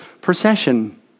procession